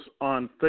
on